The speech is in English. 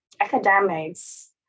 academics